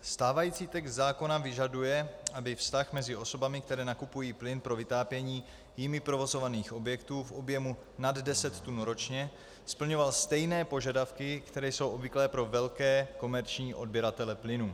Stávající text zákona vyžaduje, aby vztah mezi osobami, které nakupují plyn pro vytápění jimi provozovaných objektů v objemu nad deset tun ročně, splňoval stejné požadavky, které jsou obvyklé pro velké komerční odběratele plynu.